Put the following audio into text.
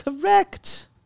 Correct